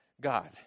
God